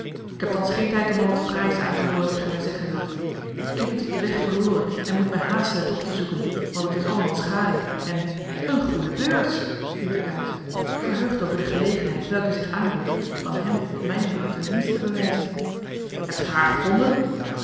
ik heb thans geen tijd om al het fraais aan te hooren dat gij mij zeggen wilt ik heb iets op den weg verloren en moet mij haasten het op te zoeken want het is allemans gading en een groene beurs riep ik uit verheugd over de gelegenheid welke zich aanbood van hem op mijn beurt een dienst te bewijzen hebt gij haar gevonden